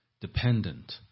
dependent